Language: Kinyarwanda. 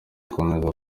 ikomeza